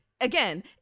again